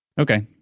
Okay